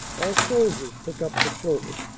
our sol diers pick up the children.